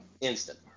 instant